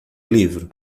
livro